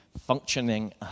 functioning